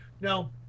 Now